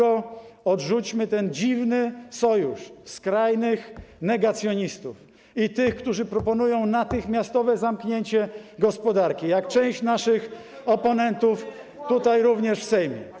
Odrzućmy ten dziwny sojusz skrajnych negacjonistów i tych, którzy proponują natychmiastowe zamknięcie gospodarki, podobnie jak część naszych oponentów również w Sejmie.